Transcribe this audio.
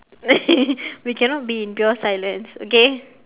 we cannot be in pure silence okay